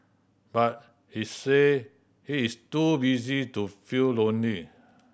but he say he is too busy to feel lonely